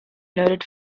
noted